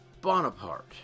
Bonaparte